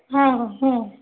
ହଁ ହଁ